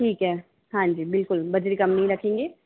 ठीक है हाँ जी बिल्कुल बजरी कम नहीं रखेंगे